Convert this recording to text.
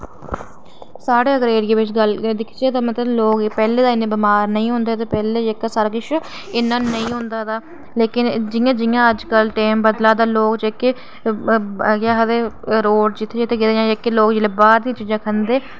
साढ़े एरिया बिच अगर गल्ल दिखचै तां मतलब लोग पैह्लें ते इन्ने बमार नेईं होंदे पैह्लें ते सारा किश जेह्का नेईं होंदा तां लेकिन जि'यां जि'यां अजकल टैम बदला दा लोक जेह्के अग्गें आखदे रोड़ जेह्के जेह्के जित्थै जित्थै लोक गेदे बाहर दियां चीज़ां खंदे